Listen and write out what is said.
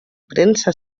premsa